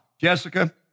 Jessica